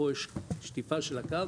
פה יש שטיפה של הקו,